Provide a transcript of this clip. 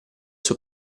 suo